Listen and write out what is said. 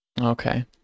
okay